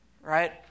right